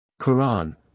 Quran